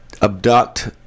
abduct